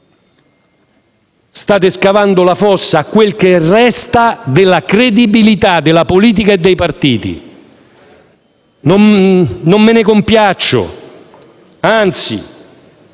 State scavando la fossa a quel che resta della credibilità della politica e dei partiti. Non me ne compiaccio; anzi